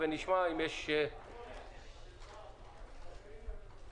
אני מבין ששבתאי אלבוחר